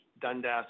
Dundas